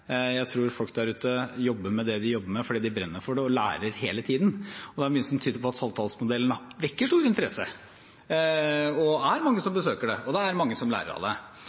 jeg tror folk der ute jobber med det de jobber med fordi de brenner for det, og lærer hele tiden, Det er mye som tyder på at Saltdalsmodellen vekker stor interesse, det er mange som besøker dem, og da er det mange som lærer av det.